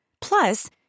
Plus